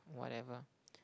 whatever